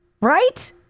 Right